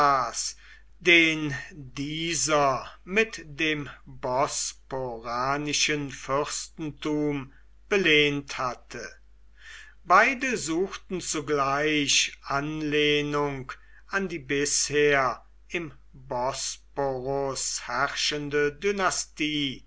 den dieser mit dem bosporanischen fürstenrum belehnt hatte beide suchten zugleich anlehnung an die bisher im bosporus herrschende dynastie